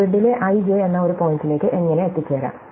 ഗ്രിഡിലെ i j എന്ന ഒരു പോയിന്റിലേക്ക് എങ്ങനെ എത്തിച്ചേരാം